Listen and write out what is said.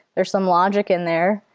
there's some logic in there.